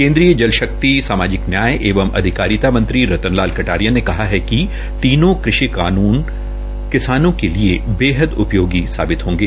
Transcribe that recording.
केन्द्रीय जलशक्ति सामाजिक न्याय एवं अधिकारिता मंत्री रतन लाल कटारिया ने कहा है कि तीनों कृषि कानून किसानों के लिए बेहद उपयोगी साबित होंगे